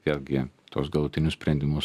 vėlgi tuos galutinius sprendimus